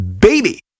baby